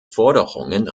forderungen